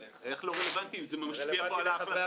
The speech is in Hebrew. איך לא רלוונטי אם זה משפיע פה על ההחלטה?